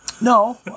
No